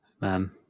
Man